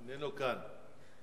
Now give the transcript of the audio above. איננו כאן.